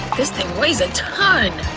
this thing weighs a ton!